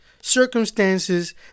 circumstances